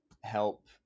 help